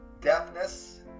deafness